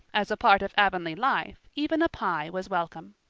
as a part of avonlea life even a pye was welcome.